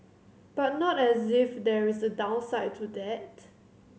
but not as if there is a downside to that